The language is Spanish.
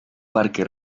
parque